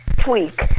tweak